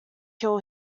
kill